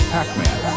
Pac-Man